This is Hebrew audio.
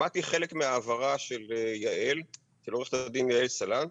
שמעתי חלק מההבהרה של עורכת הדין יעל סלנט,